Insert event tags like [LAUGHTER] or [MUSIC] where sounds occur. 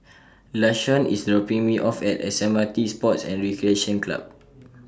[NOISE] Lashawn IS dropping Me off At S M R T Sports and Recreation Club [NOISE]